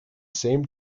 same